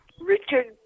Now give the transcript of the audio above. Richard